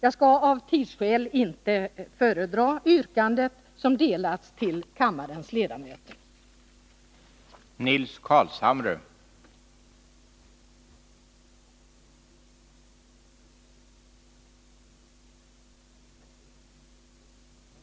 Yrkandet, som har utdelats till kammarens ledamöter, innebär